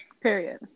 Period